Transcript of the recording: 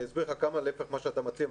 אני אסביר לך כמה להיפך מה שאתה מציע,